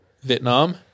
Vietnam